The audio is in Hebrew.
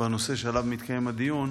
בנושא שעליו מתקיים הדיון,